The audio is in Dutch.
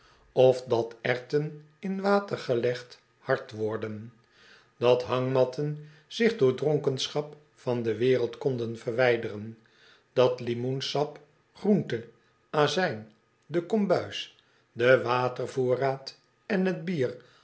of dat erwten in water gelegd hard worden dat hangmatten zich door dronkenschap van de wereld konden verwijderen dat limoensap groente azijn de kombuis de watervoorraad en t bier